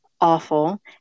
awful